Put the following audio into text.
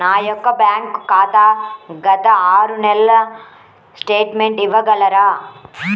నా యొక్క బ్యాంక్ ఖాతా గత ఆరు నెలల స్టేట్మెంట్ ఇవ్వగలరా?